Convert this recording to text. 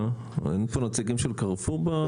אין פה נציגים של קרפור?